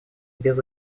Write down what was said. без